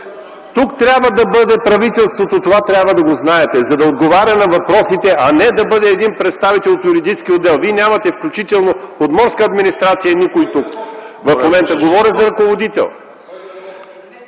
Тук трябва да бъде правителството. Това трябва да го знаете, за да отговаря на въпросите, а не да бъде един представител от Юридическия отдел. Вие нямате никой тук и от Морска администрация. (Реплика от ГЕРБ.) В момента говоря за ръководител.